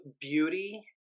beauty